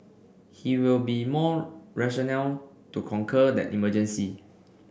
he will be more rational to conquer that emergency